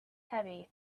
heavy